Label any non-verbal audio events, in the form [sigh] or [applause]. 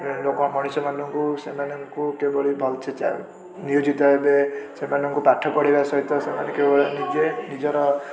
ଲୋକ ମଣିଷମାନଙ୍କୁ ସେମାନଙ୍କୁ କିଭଳି ଭଲସେ [unintelligible] ନିୟୋଜିତ ହେବେ ସେମାନଙ୍କୁ ପାଠ ପଢ଼ିବା ସହିତ ସେମାନେ କିଭଳି ନିଜେ ନିଜର